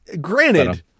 Granted